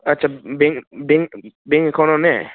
आच्चा बेंक एकाउन्टआव ने